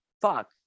fuck